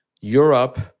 Europe